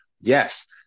Yes